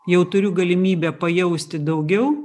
jau turiu galimybę pajausti daugiau